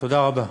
תודה רבה.